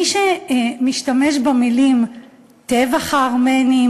מי שמשתמש במילים "טבח הארמנים",